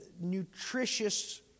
nutritious